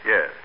Yes